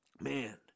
Man